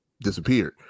disappeared